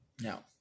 now